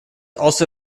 also